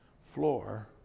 floor